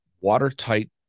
watertight